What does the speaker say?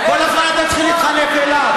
כל הזמן אתם צריכים להתחנף אליו?